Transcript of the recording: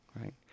right